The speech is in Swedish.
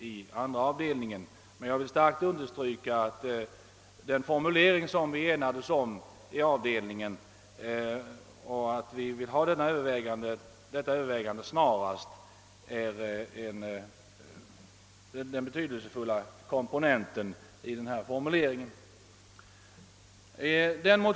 Jag vill emellertid starkt understryka att den formulering som vi enades om i andra avdelningen — att dessa »överväganden bör komma till stånd snarast» — är den betydelsefulla komponenten i denna skrivning.